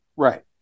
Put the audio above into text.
Right